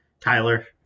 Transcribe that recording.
Tyler